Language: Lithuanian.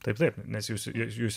taip taip nes jūs jūs